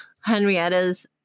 Henrietta's